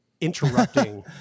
interrupting